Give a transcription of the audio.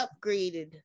upgraded